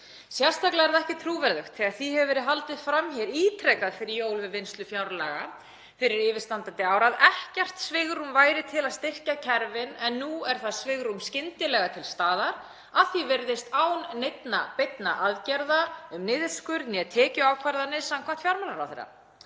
Sérstaklega er það ekki trúverðugt þegar því var haldið fram ítrekað fyrir jól við vinnslu fjárlaga fyrir yfirstandandi ár að ekkert svigrúm væri til að styrkja kerfin en nú er það svigrúm skyndilega til staðar, að því er virðist án neinna beinna aðgerða, ákvarðana um niðurskurð né tekjuákvarðana samkvæmt fjármálaráðherra.